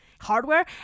Hardware